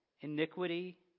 iniquity